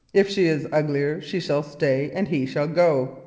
if she is uglier she shall stay and he shall go,